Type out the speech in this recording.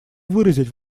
выразить